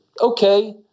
Okay